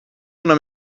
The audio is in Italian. una